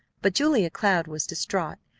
but julia cloud was distraught,